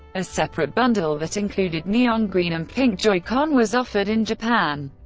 a separate bundle that included neon green and pink joy-con was offered in japan.